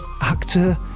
actor